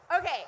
Okay